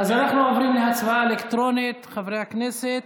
אז אנחנו עוברים להצבעה אלקטרונית, חברי הכנסת,